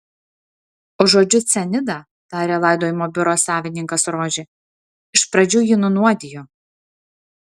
užuodžiu cianidą tarė laidojimo biuro savininkas rožė iš pradžių jį nunuodijo